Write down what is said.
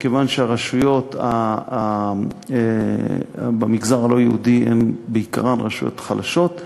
מכיוון שהרשויות במגזר הלא-יהודי הן בעיקרן רשויות חלשות,